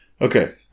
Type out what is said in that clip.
Okay